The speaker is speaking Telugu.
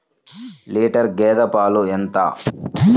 లీటర్ గేదె పాలు ఎంత?